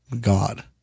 God